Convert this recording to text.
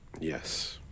Yes